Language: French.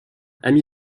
ami